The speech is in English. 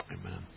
Amen